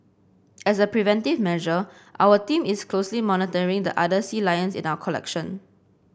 as a preventive measure our team is closely monitoring the other sea lions in our collection